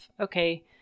okay